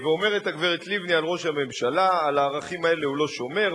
ואומרת הגברת לבני על ראש הממשלה: על הערכים האלה הוא לא שומר,